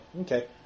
Okay